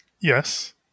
Yes